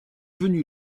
venu